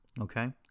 okay